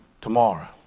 tomorrow